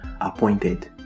appointed